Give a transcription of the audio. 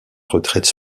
retraite